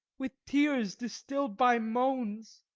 with tears distill'd by moans